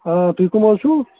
آ تُہۍ کٕم حظ چھُو